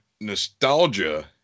nostalgia